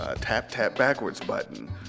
tap-tap-backwards-button